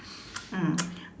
mm